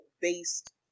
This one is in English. based